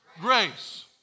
grace